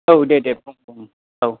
औ दे दे फन हरदोंमोन औ